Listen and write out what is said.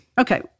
Okay